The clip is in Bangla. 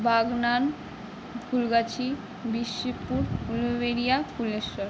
বাগনান কাঁকুড়গাছি বিরশিবপুর উলুবেড়িয়া ফুলেশ্বর